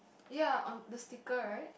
ya on the sticker right